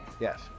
Yes